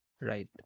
right